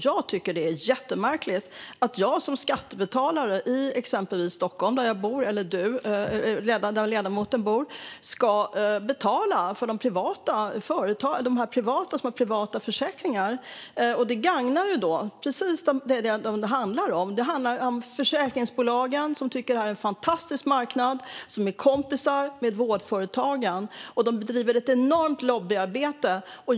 Jag tycker att det är jättemärkligt att jag som skattebetalare i exempelvis Stockholm, där både ledamoten och jag bor, ska betala för dem som har privata försäkringar. Det gagnar försäkringsbolagen, som tycker att detta är en fantastisk marknad och som är kompisar med vårdföretagen. De bedriver ett enormt lobbyarbete.